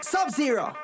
Sub-Zero